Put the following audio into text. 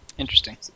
interesting